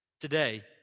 today